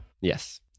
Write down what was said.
Yes